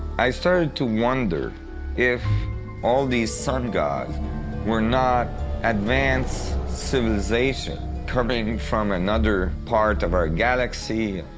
i started to wonder if all these sun gods were not advanced civilizations coming from another part of our galaxy.